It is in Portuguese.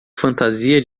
fantasia